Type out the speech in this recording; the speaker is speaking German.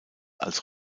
als